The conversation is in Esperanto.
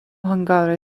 hungare